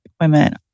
women